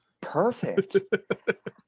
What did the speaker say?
perfect